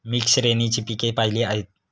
मी श्रेणीची पिके पाहिली आहेत